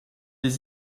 des